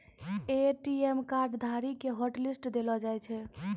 ATM card धारी के hotlist देलो जाय छै